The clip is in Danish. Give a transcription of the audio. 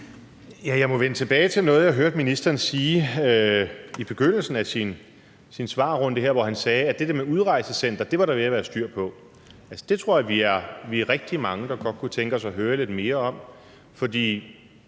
Jeg må vende tilbage til noget, jeg hørte ministeren sige i begyndelsen af sin svarrunde. Her sagde han, at det der med et udrejsecenter var der ved at være styr på. Det tror jeg vi er rigtig mange der godt kunne tænke os at høre lidt mere om, for